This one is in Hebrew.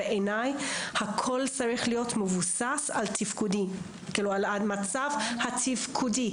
הכול בעיניי צריך להיות מבוסס על תפקודים ועל המצב התפקודי,